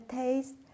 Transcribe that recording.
taste